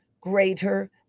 greater